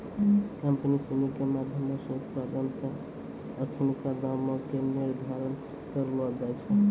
company सिनी के माधयमो से उत्पादो पे अखिनका दामो के निर्धारण करलो जाय छै